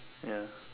ya